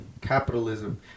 Capitalism